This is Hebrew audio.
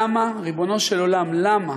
ריבונו של עולם, למה